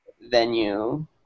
venue